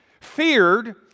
feared